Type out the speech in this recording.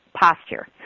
posture